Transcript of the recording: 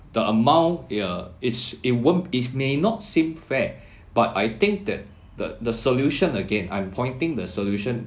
the amount ya it's a won't it may not seem fair but I think that the the solution again I'm pointing the solution